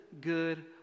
good